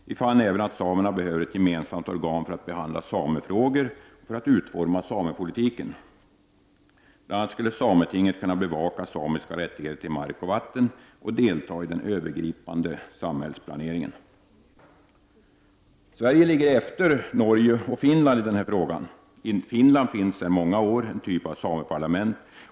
Vi fann även att samerna behöver ett gemensamt organ för att behandla samefrågor och utforma samepolitiken. Sametinget skulle bl.a. kunna bevaka samiska rättigheter när det gäller mark och vatten och delta i den övergripande samhällsplaneringen. Sverige ligger efter Norge och Finland i denna fråga. I Finland finns sedan många år en typ av sameparlament.